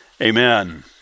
Amen